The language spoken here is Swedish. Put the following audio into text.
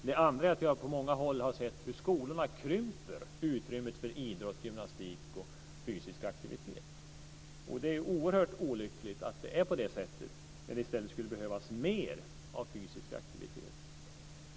Något annat är att jag på många håll har sett hur skolorna krymper utrymmet för idrott, gymnastik och fysisk aktivitet, och det är oerhört olyckligt att det är på det sättet när det i stället skulle behövas mer av fysisk aktivitet.